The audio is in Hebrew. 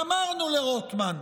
אמרנו לרוטמן: